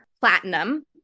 platinum